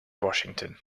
washington